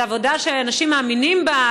זה עבודה שנשים מאמינות בה,